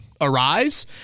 arise